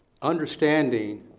understanding